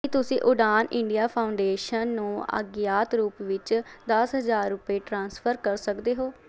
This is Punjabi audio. ਕੀ ਤੁਸੀਂਂ ਉਡਾਨ ਇੰਡੀਆ ਫਾਊਂਡੇਸ਼ਨ ਨੂੰ ਅਗਿਆਤ ਰੂਪ ਵਿੱਚ ਦਸ ਹਜ਼ਾਰ ਰੁਪਏ ਟ੍ਰਾਂਸਫਰ ਕਰ ਸਕਦੇ ਹੋ